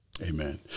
Amen